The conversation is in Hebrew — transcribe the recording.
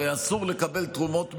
הרי אסור לקבל תרומות מתאגידים,